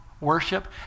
worship